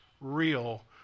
real